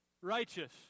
righteous